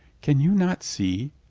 can you not see?